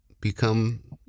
become